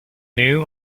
new